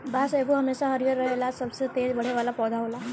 बांस एगो हमेशा हरियर रहे आ सबसे तेज बढ़े वाला पौधा होला